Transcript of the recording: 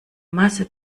masse